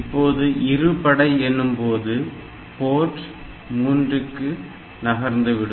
இப்பொழுது இரு படை எனும்போது போர்ட் 3 க்கு நகர்ந்து விடும்